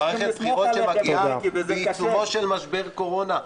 -- מערכת בחירות שמגיעה בעיצומו של משבר קורונה,